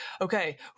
okay